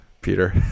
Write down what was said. Peter